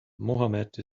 mohammed